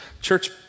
church